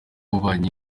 w’ububanyi